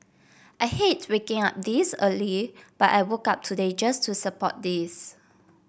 I hate waking up this early but I woke up today just to support this